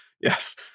Yes